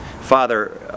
Father